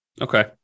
Okay